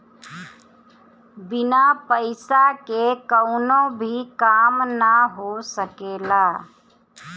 बिना पईसा के कवनो भी काम ना हो सकेला